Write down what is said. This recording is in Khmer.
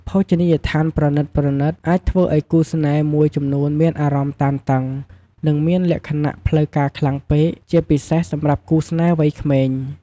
ភោជនីយដ្ឋានប្រណីតៗ អាចធ្វើឲ្យគូស្នេហ៍មួយចំនួនមានអារម្មណ៍តានតឹង និងមានលក្ខណៈផ្លូវការខ្លាំងពេក ជាពិសេសសម្រាប់គូស្នេហ៍វ័យក្មេង។